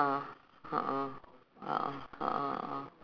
so and and and I think also rental of the